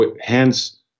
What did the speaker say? hence